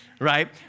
right